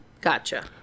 Gotcha